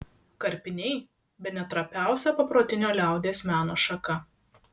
karpiniai bene trapiausia paprotinio liaudies meno šaka